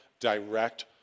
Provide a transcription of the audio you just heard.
direct